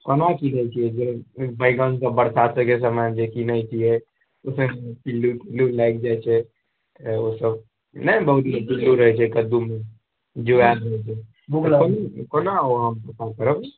कोना किनैत छियै एक बेर बैगनकऽ बरसातक समय जे किनैत छियै उसमे पिल्लू इल्लू लागि जाइत छै ओ सभ नहि बहुतमे पिल्लू रहैत छै कद्दूमे जुआयल भूख लागल कोना हम